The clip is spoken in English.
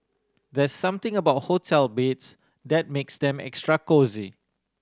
there's something about hotel beds that makes them extra cosy